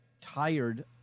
tired